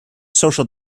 social